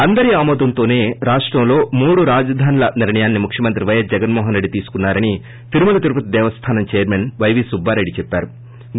అందరి ఆమోదంతోనే రాష్టంలో మూడు రాజధానుల నిర్షయాన్ని ముఖ్వమంత్రి వైఎస్ జగన్మో హనరెడ్లి తీసుకున్నా రని తిరుమల తిరుపతి దేవస్థానంటీటీడీ చైర్మన్ వైవీ సుబ్బారెడ్డి చెవ్చారు